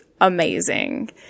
amazing